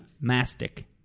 mastic